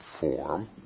form